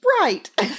right